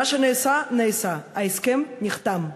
מה שנעשה נעשה, ההסכם נחתם.